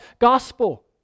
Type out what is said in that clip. gospel